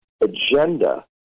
agenda